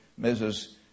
Mrs